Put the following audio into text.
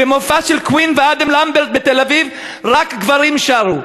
במופע של קווין ואדם למברט בתל-אביב רק גברים שרו.